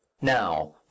now